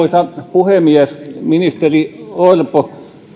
puhemies ministeri orpo